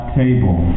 table